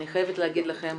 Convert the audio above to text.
אני חייבת להגיד לכם,